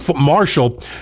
Marshall